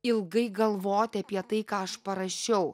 ilgai galvoti apie tai ką aš parašiau